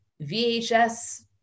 VHS